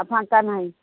ଆଉ ଫାଙ୍କା ନାହିଁ